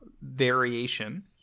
variation